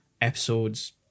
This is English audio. episodes